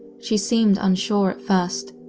she seemed unsure at first,